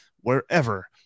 wherever